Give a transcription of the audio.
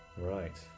Right